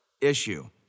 issue